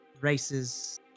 races